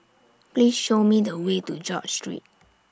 Please Show Me The Way to George Street